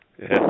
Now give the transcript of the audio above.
yes